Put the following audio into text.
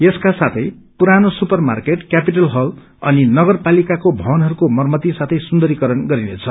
यसको साथै पुरानो सुपर मार्केट क्यापिटल हल अनि नगरपालिकाका भवनहरूको मरम्मति साथे सुन्दीकरण गरिनेछ